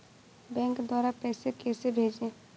Bank द्वारा पैसे कैसे भेजें?